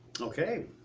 Okay